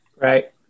Right